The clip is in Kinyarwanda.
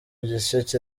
gisheke